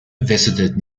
visited